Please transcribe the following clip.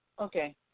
Okay